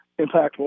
impactful